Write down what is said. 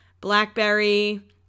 Blackberry